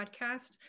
podcast